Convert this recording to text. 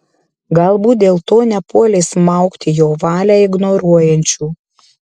galbūt dėl to nepuolė smaugti jo valią ignoruojančių